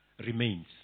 remains